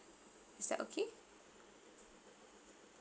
is that okay